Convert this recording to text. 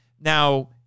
Now